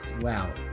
wow